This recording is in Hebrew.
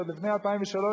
עוד לפני 2003,